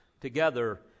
together